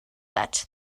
that